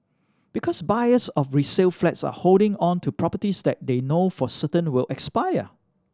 because buyers of resale flats are holding on to properties that they know for certain will expire